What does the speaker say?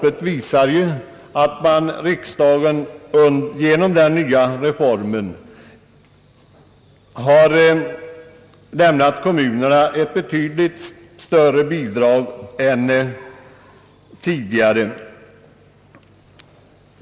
Det visar ju att riksdagen genom den nya reformen har lämnat kommunerna ett betydligt större bidrag än tidigare.